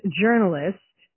journalist